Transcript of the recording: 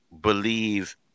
believe